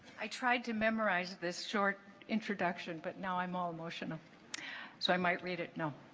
i tried to memorize this short introduction but now i'm all emotional so i might read it no